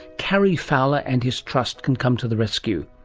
cary fowler and his trust can come to the rescue,